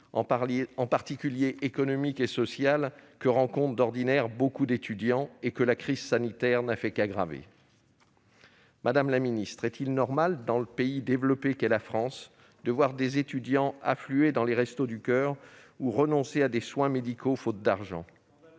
en particulier économiques et sociales, que rencontrent d'ordinaire beaucoup d'étudiants, et que la crise sanitaire n'a fait qu'aggraver ? Madame la ministre, est-il normal, dans le pays développé qu'est la France, de voir des étudiants affluer dans les Restos du coeur ou renoncer à des soins médicaux, faute d'argent ?